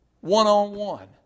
one-on-one